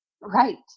Right